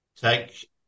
take